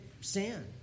sin